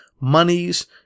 monies